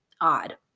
odd